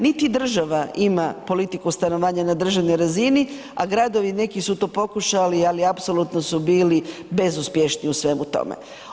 Niti država ima politiku stanovanja na državnoj razini, a gradovi neki su to pokušali, ali apsolutno su bili bezuspješni u svemu tome.